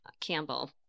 Campbell